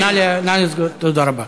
תודה רבה.